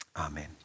Amen